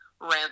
rent